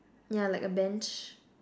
yeah like a bench